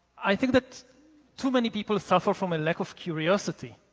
i think that too many people suffer from a lack of curiosity